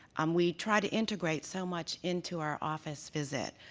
um we try to integrate so much into our office visit.